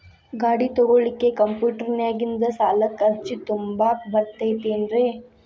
ಗಾಡಿ ತೊಗೋಳಿಕ್ಕೆ ಕಂಪ್ಯೂಟೆರ್ನ್ಯಾಗಿಂದ ಸಾಲಕ್ಕ್ ಅರ್ಜಿ ತುಂಬಾಕ ಬರತೈತೇನ್ರೇ?